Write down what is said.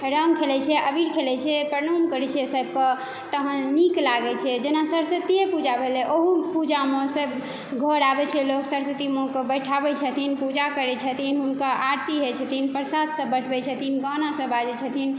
रङ्ग खेलै छै अबीर खेलै छै प्रणाम करै छै सबके तहन नीक लागै छै जेना सरस्वतीए पूजा भेलै ओहु पूजामे से घर आबै छै लोक सरस्वती माँके बैठाबै छथिन पूजा करै छथिन हुनका आरती होइ छथिन प्रसाद सब बटबै छथिन गाना सब बाजै छथिन